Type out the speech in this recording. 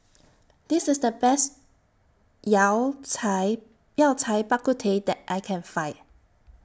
This IS The Best Yao Cai Yao Cai Bak Kut Teh that I Can Find